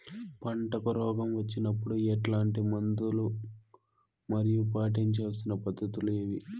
పంటకు రోగం వచ్చినప్పుడు ఎట్లాంటి మందులు మరియు పాటించాల్సిన పద్ధతులు ఏవి?